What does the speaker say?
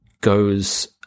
goes